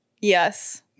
Yes